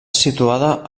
situada